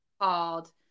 called